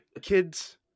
kids